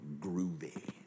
groovy